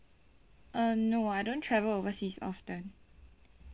uh no I don't travel overseas often